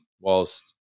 whilst